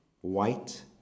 white